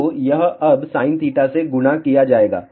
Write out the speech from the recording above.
तो यह अब sin θ से गुणा किया जाएगा